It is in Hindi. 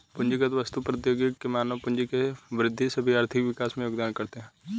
पूंजीगत वस्तु, प्रौद्योगिकी और मानव पूंजी में वृद्धि सभी आर्थिक विकास में योगदान करते है